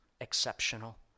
exceptional